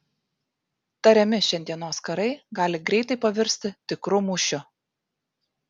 tariami šiandienos karai gali greitai pavirsti tikru mūšiu